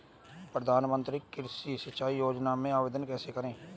प्रधानमंत्री कृषि सिंचाई योजना में आवेदन कैसे करें?